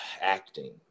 acting